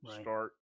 start